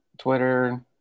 twitter